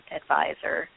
advisor